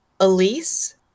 elise